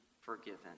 forgiven